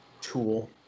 tool